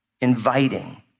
inviting